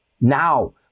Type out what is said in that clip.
now